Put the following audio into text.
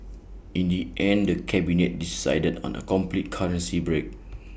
in the end the cabinet decided on A complete currency break